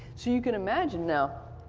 so you can imagine now,